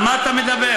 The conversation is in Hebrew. על מה אתה מדבר?